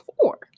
four